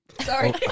Sorry